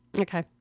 Okay